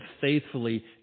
faithfully